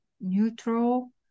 neutral